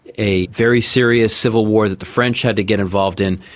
a very serious civil war that the french had to get involved in,